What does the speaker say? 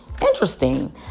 interesting